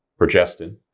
progestin